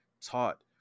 taught